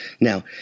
Now